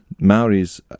Maoris